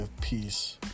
Peace